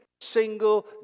single